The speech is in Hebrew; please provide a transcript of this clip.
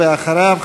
ואחריו,